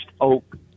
oak